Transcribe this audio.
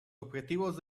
objetivos